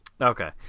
Okay